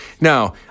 Now